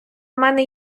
мене